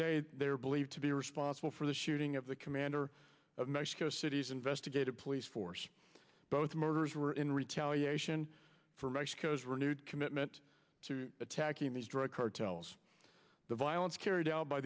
day they are believed to be responsible for the shooting of the commander of mexico city's investigative police force both murders were in retaliation in for mexico's renewed commitment to attacking these drug cartels the violence carried out by